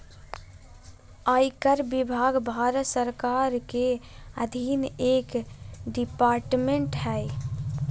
आयकर विभाग भारत सरकार के अधीन एक डिपार्टमेंट हय